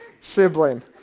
sibling